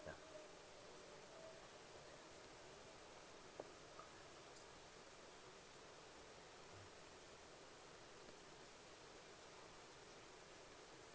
ya